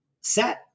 set